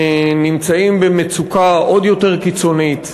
נמצאים במצוקה עוד יותר קיצונית.